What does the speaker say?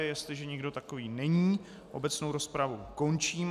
Jestliže nikdo takový není, obecnou rozpravu končím.